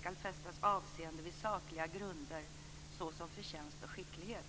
ska fästas avseende "endast vid sakliga grunder, såsom förtjänst och skicklighet".